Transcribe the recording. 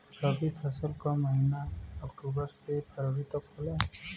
रवी फसल क महिना अक्टूबर से फरवरी तक होला